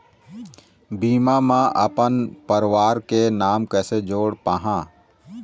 बीमा म अपन परवार के नाम कैसे जोड़ पाहां?